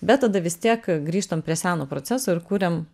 bet tada vis tiek grįžtam prie seno proceso ir kuriam